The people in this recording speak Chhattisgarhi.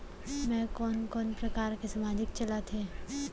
मैं कोन कोन प्रकार के सामाजिक चलत हे?